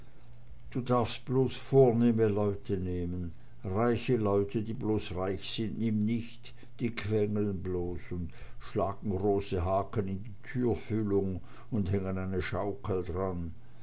du darfst bloß vornehme leute nehmen reiche leute die bloß reich sind nimm nicht die quängeln bloß und schlagen große haken in die türfüllung und hängen eine schaukel dran